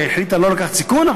היא החליטה לא לקחת סיכון.